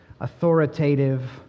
authoritative